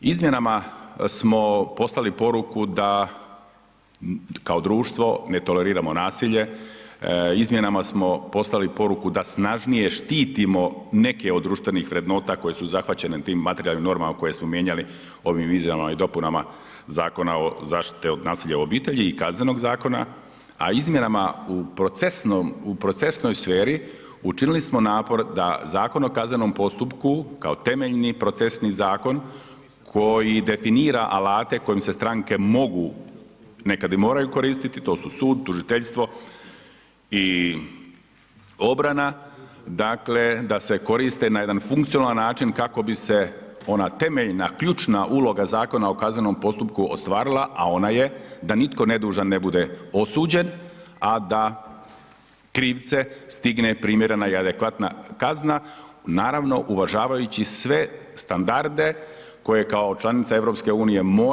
Izmjenama smo poslali poruku da kao društvo ne toleriramo nasilje, izmjenama smo poslali poruku da snažnije štitimo neke od društvenih vrednota koje su zahvaćene tim materijalnim normama koje smo mijenjali ovim izmjenama i dopunama Zakona o zaštite od nasilja u obitelji i Kaznenog zakona, a izmjenama u procesnom, u procesnoj sferi učinili smo napor da Zakon o kaznenom postupku kao temeljni procesni zakon koji definira alate kojim se stranke mogu, nekad i moraju koristiti, to su sud, tužiteljstvo i obrana, dakle da se koriste na jedan funkcionalan način kako bi se ona temeljna, ključna uloga Zakona o kaznenom postupku ostvarila, a ona je da nitko nedužan ne bude osuđen, a da krivce stigne primjerena i adekvatna kazna, naravno uvažavajući sve standarde koje kao članica EU moramo pružiti kroz prizmu zaštite ljudskih prava i okrivljenicima.